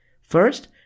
First